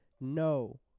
no